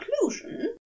conclusion